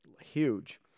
huge